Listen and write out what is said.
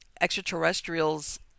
extraterrestrials